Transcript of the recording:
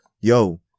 yo